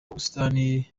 ubusitani